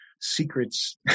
secrets